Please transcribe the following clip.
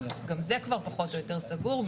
גם זה כבר פחות או יותר סגור.